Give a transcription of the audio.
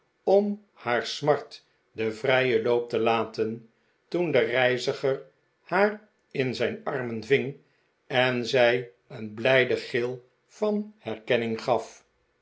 om haar smart den vrijen loop te laten toen de reiziger haar in zijn armen ving en zij een blijden gil van herkenning gaf